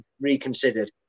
reconsidered